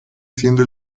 siendo